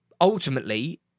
ultimately